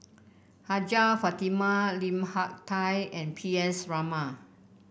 Hajjah Fatimah Lim Hak Tai and P S Raman